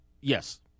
yes